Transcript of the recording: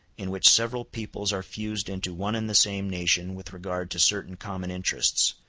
in which several peoples are fused into one and the same nation with regard to certain common interests,